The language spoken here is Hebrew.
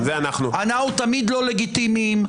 אנחנו תמיד לא לגיטימיים,